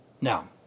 Now